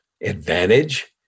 advantage